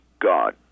God